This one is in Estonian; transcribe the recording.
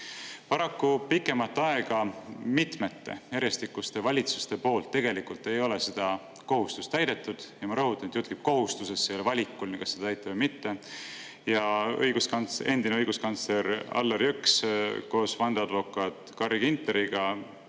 Paraku pikemat aega mitmete järjestikuste valitsuste poolt tegelikult ei ole seda kohustust täidetud. Ja ma rõhutan, et jutt käib kohustusest, see ei ole valikuline, kas seda täita või mitte. Ja endine õiguskantsler Allar Jõks koos vandeadvokaat Carri Ginteriga